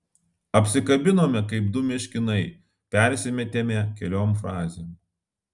apsikabinome kaip du meškinai persimetėme keliom frazėm